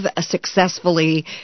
successfully